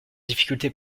difficultés